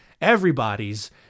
Everybody's